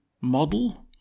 model